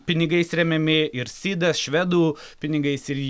pinigais remiami ir sidas švedų pinigais ir